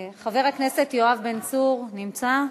חבר הכנסת יואב בן צור נמצא?